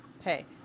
Hey